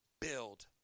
build